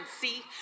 see